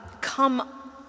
come